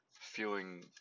feeling